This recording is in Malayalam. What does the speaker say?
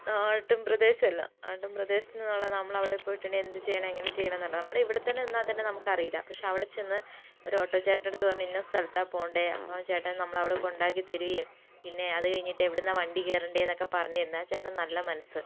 നാട്ടുംപ്രദേശം അല്ല നാട്ടുംപ്രദേശത്തുനിന്നുള്ള നമ്മൾ അവിടെ പോയിട്ടുണ്ടെങ്കിൽ എന്തു ചെയ്യണം എങ്ങനെ ചെയ്യണം എന്നല്ല നമ്മുടെ ഇവിടെത്തന്നെ നിന്നാൽത്തന്നെ നമുക്ക് അറിയില്ല പക്ഷേ അവിടെ ചെന്ന് ഒരു ഓട്ടോ ചേട്ടൻ്റെ അടുത്ത് പറഞ്ഞു ഇന്ന സ്ഥലത്താണ് പോകേണ്ടത് അപ്പോൾ ആ ചേട്ടൻ നമ്മളെ അവിടെ കൊണ്ടാക്കിത്തരുകയും പിന്നെ അതു കഴിഞ്ഞിട്ട് എവിടെ നിന്നാണ് വണ്ടി കയറേണ്ടതെന്നൊക്കെ പറഞ്ഞുതന്നു ആ ചേട്ടൻ്റെ നല്ല മനസ്സ്